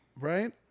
right